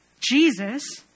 Jesus